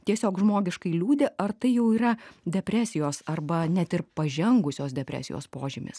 tiesiog žmogiškai liūdi ar tai jau yra depresijos arba net ir pažengusios depresijos požymis